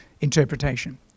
interpretation